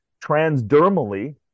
transdermally